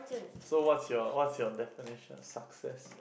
so what's your what's your definition of success